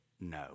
No